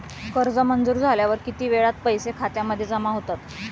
कर्ज मंजूर झाल्यावर किती वेळात पैसे खात्यामध्ये जमा होतात?